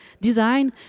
design